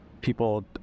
people